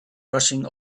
rushing